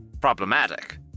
problematic